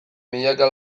milaka